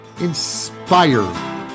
inspired